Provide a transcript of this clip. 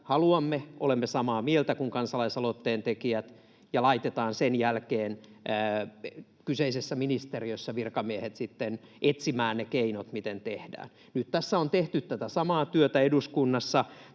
haluamme, olemme samaa mieltä kuin kansalaisaloitteen tekijät, ja laitetaan sen jälkeen kyseisessä ministeriössä virkamiehet sitten etsimään ne keinot, miten tehdään. Nyt tässä on tehty tätä samaa työtä eduskunnassa.